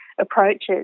approaches